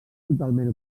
totalment